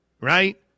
Right